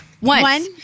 One